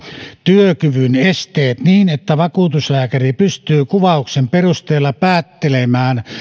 työkyvyn esteet niin että vakuutuslääkäri pystyy kuvauksen perusteella päättelemään